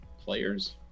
players